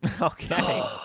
Okay